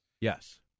Yes